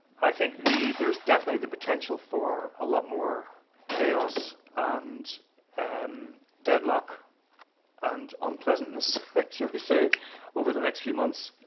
i think we, there's definitely the potential for a lot more chaos and and deadlock and unpleasantness shall we say over the next few months,